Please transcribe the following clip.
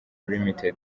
ltd